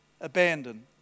abandoned